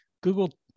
Google